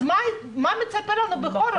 אז מה מצפה לנו בחורף?